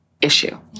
issue